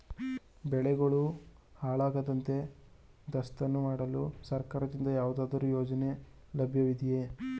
ಬೆಳೆಗಳು ಹಾಳಾಗದಂತೆ ದಾಸ್ತಾನು ಮಾಡಲು ಸರ್ಕಾರದಿಂದ ಯಾವುದಾದರು ಯೋಜನೆ ಲಭ್ಯವಿದೆಯೇ?